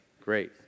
Great